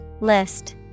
List